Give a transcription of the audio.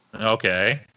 Okay